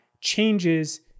changes